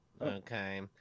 Okay